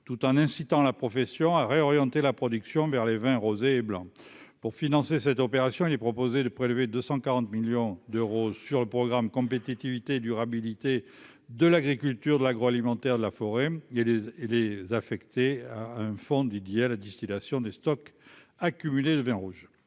tout en incitant la profession à réorienter la production vers les vins rosés et blancs pour financer cette opération, il est proposé de prélever 240 millions d'euros sur le programme Compétitivité et durabilité, de l'agriculture, de l'agroalimentaire, de la forêt, il y a des des affecté à un fonds Didier à la distillation des stocks accumulés : le vin rouge.